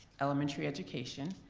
elementary education,